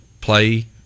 play